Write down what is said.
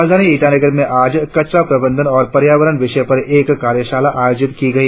राजधानी ईटानगर में आज कचड़ा प्रबंधन और पर्यावरण विषय पर एक कार्यशाला आयोजित की गई